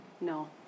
No